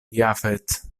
jafet